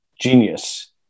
Genius